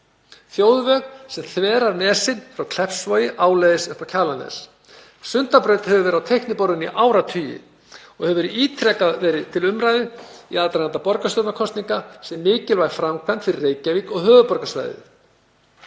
þjóðveg sem þverar nesin frá Kleppsvogi áleiðis upp á Kjalarnes. Sundabraut hefur verið á teikniborðinu í áratugi og hefur ítrekað verið til umræðu í aðdraganda borgarstjórnarkosninga sem mikilvæg framkvæmd fyrir Reykjavík og höfuðborgarsvæðið.